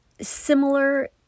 similar